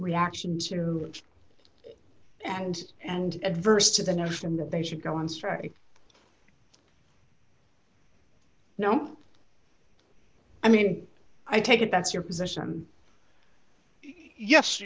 reaction to and and adverse to the notion that they should go on strike no i mean i take it that's your position yes